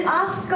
ask